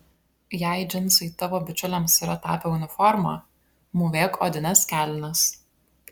jei džinsai tavo bičiulėms yra tapę uniforma mūvėk odines kelnes